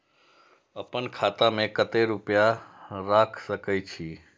आपन खाता में केते रूपया रख सके छी?